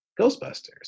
Ghostbusters